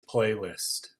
playlist